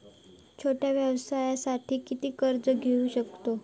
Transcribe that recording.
छोट्या व्यवसायासाठी किती कर्ज घेऊ शकतव?